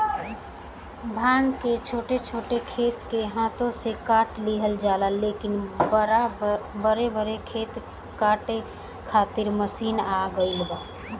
भांग के छोट छोट खेत के हाथे से काट लिहल जाला, लेकिन बड़ बड़ खेत काटे खातिर मशीन आ गईल बा